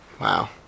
Wow